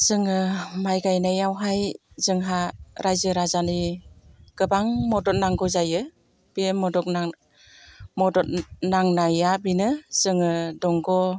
जोङो माइ गायनायावहाय जोंहा राइजो राजानि गोबां मदद नांगौ जायो बे मदद नांनाया बेनो जोङो दंग'